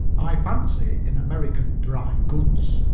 i fancy in american dry